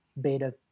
beta